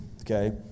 Okay